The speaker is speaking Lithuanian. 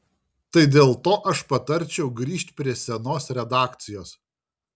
tai dėl to aš patarčiau grįžt prie senos redakcijos